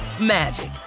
magic